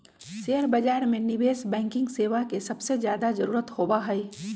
share बाजार में निवेश बैंकिंग सेवा के सबसे ज्यादा जरूरत होबा हई